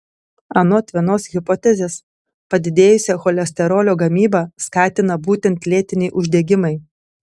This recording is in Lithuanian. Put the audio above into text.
anot vienos hipotezės padidėjusią cholesterolio gamybą skatina būtent lėtiniai uždegimai